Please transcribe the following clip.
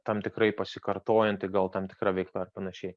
tam tikrai pasikartojanti gal tam tikra veikla ar panašiai